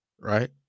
right